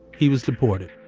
he was deported.